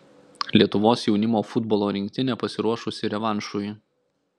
lietuvos jaunimo futbolo rinktinė pasiruošusi revanšui